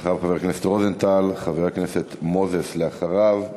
אחריו, חבר הכנסת רוזנטל, חבר הכנסת מוזס אחריו,